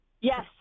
Yes